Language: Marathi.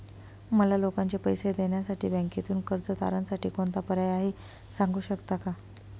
मला लोकांचे पैसे देण्यासाठी बँकेतून कर्ज तारणसाठी कोणता पर्याय आहे? सांगू शकता का?